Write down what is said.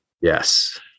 Yes